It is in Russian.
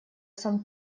санкт